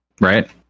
right